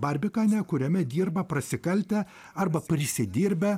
barbikane kuriame dirba prasikaltę arba prisidirbę